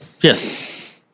Yes